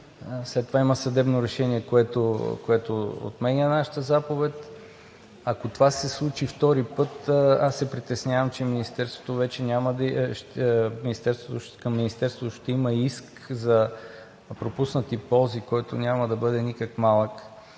след това има съдебно решение, което отменя нашата заповед. Ако това се случи втори път, аз се притеснявам, че към Министерството ще има иск за пропуснати ползи, който няма да бъде никак малък.